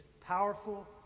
powerful